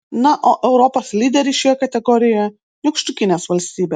na o europos lyderiai šioje kategorijoje nykštukinės valstybės